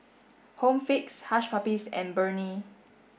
Home Fix Hush Puppies and Burnie